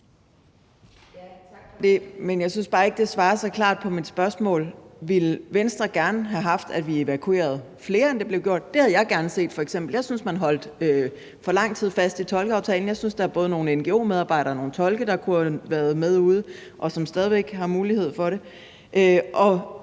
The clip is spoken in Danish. bare ikke, at det besvarer mit spørgsmål så klart. Ville Venstre gerne have haft, at vi evakuerede flere, end det blev gjort – det havde jeg gerne set f.eks. Jeg synes, at man i for lang tid holdt fast i tolkeaftalen. Jeg synes, at der både var nogle ngo-medarbejdere og nogle tolke, der kunne have været med ude, og som stadig væk har mulighed for det.